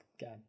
God